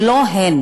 זה לא הן,